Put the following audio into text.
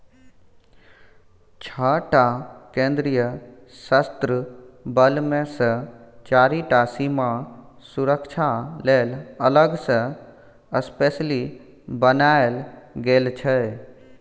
छअ टा केंद्रीय सशस्त्र बल मे सँ चारि टा सीमा सुरक्षा लेल अलग सँ स्पेसली बनाएल गेल छै